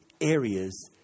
areas